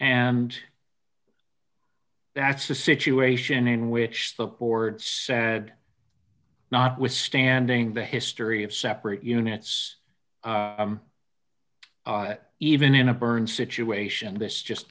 and that's a situation in which the board said notwithstanding the history of separate units even in a burn situation this just